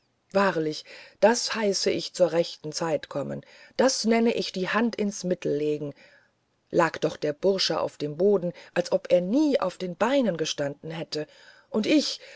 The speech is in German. wahrlich das heiße ich zu rechter zeit kommen das nenne ich die hand ins mittel legen lag doch der bursche auf dem boden als ob er nie auf den beinen gestanden wäre und ich